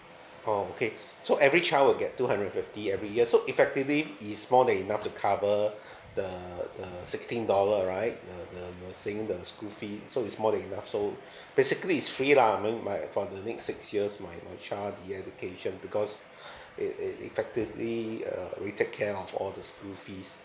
oh okay so every child will get two hundred and fifty every year so effectively is more than enough to cover the the sixteen dollar right the the you're saying the school fee so it's more than enough so basically is free lah I mean by for the next six years my my child the education because it it effectively uh will take care of all the school fees